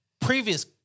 previous